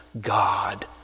God